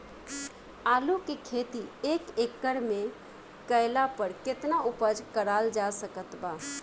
आलू के खेती एक एकड़ मे कैला पर केतना उपज कराल जा सकत बा?